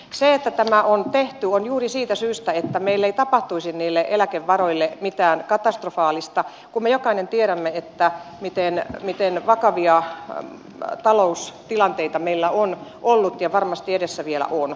se että tämä on tehty on tapahtunut juuri siitä syystä että meillä ei tapahtuisi niille eläkevaroille mitään katastrofaalista kun me jokainen tiedämme miten vakavia taloustilanteita meillä on ollut ja varmasti edessä vielä on